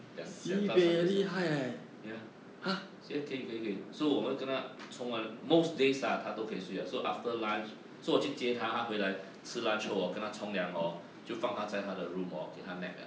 两到三个小时 ya se~ 可以可以可以 so 我们跟她从文 most days ah 她都可以睡的 so after lunch so 我去接她她回来吃 lunch 后 orh 我跟她冲凉 hor 就放她在她的 room orh 给她 nap liao